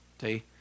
See